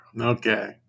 Okay